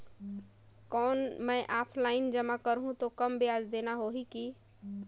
कौन मैं ऑफलाइन जमा करहूं तो कम ब्याज देना होही की?